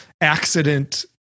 accident